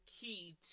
key